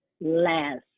last